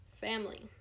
Family